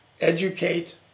educate